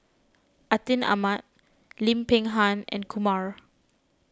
Atin Amat Lim Peng Han and Kumar